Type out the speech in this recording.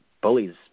bullies